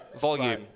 volume